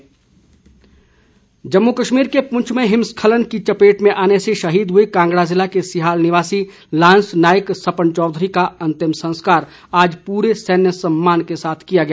अंतिम संस्कार जम्मू कश्मीर के पुंछ में हिमस्खलन की चपेट में आने से शहीद हुए कांगड़ा जिले के सिहाल निवासी लान्स नायक सपन चौधरी का अंतिम संस्कार आज पूरे सैन्य सम्मान के साथ किया गया